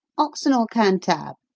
oxon or cantab?